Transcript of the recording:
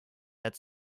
that